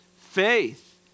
Faith